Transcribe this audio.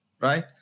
right